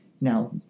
Now